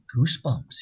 goosebumps